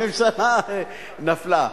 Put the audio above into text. הממשלה נפלה.